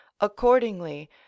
accordingly